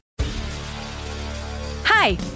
Hi